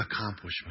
accomplishment